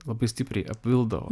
labai stipriai apvildavo